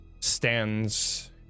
stands